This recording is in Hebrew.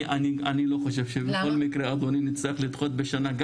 אני לא חושב שבכל מקרה, אדוני, נצטרך לדחות בשנה.